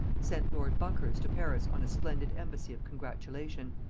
sent lord buckhurst to paris on a splendid embassy of congratulation.